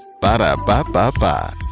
Ba-da-ba-ba-ba